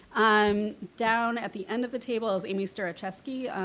um down at the end of the table is amy starecheski.